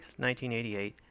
1988